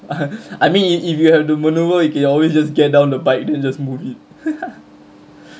I mean i~ if you have the maneuver you could always just get down the bike then just move it